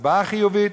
והצבעה חיוביות,